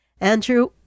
Andrew